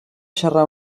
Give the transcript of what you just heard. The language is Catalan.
xarrar